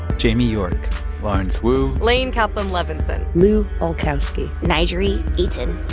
jamie york lawrence wu laine kaplan-levenson lu olkowski n'jeri eaton